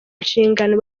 nshingano